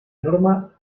norma